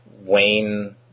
Wayne